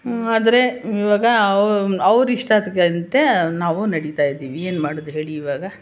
ಆದರೆ ಇವಾಗ ಅವ್ರಿಷ್ಟದ ಗಂತೆ ನಾವು ನಡಿತಾ ಇದ್ದೀವಿ ಏನ್ಮಾಡೋದು ಹೇಳಿ ಇವಾಗ